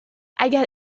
اگر